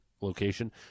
location